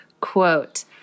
quote